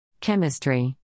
Chemistry